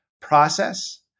process